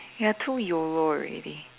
you're too yolo already